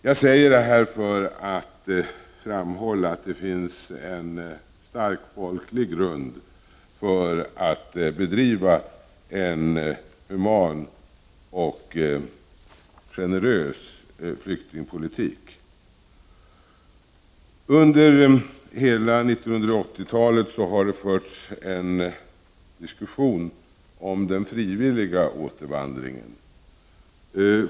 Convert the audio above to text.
Jag säger detta för att framhålla att det finns en stark folklig grund för att bedriva en human och generös flyktingpolitik. Under hela 1980-talet har det förts en bred diskussion om den frivilliga återvandringen.